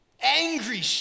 Angry